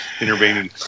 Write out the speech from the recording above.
intervening